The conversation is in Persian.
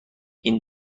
این